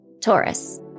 Taurus